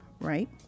right